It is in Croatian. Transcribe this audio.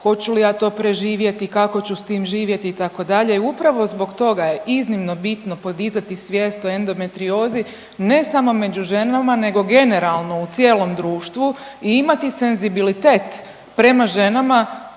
hoću li ja to preživjeti, kako ću s tim živjeti itd. Upravo zbog toga je iznimno bitno podizati svijest o endometriozi ne samo među ženama nego generalno u cijelom društvu i imati senzibilitet prema ženama